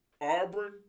Auburn